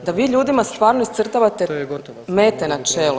Da vi ljudima stvarno iscrtavate mete na čelo?